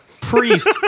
priest